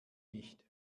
nicht